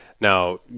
now